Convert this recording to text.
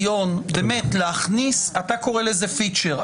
יש כאן ניסיון להכניס אתה קורא לזה פיצ'ר.